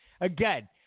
Again